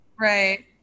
Right